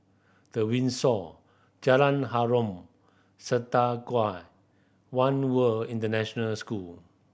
The Windsor Jalan Harom Setangkai One World International School